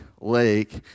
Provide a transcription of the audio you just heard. lake